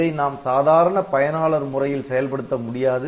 இதை நாம் சாதாரண பயனாளர் முறையில் செயல்படுத்த முடியாது